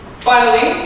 finally,